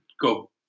go